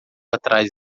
atrás